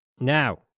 Now